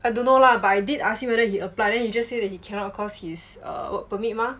I don't know lah but I did ask him whether he apply then he just say that he cannot cause he's err work permit mah